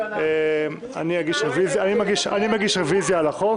אני מגיש רביזיה על החוק.